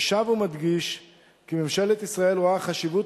אני שב ומדגיש כי ממשלת ישראל רואה חשיבות